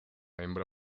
hembra